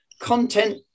Content